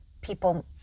people